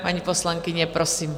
Paní poslankyně, prosím.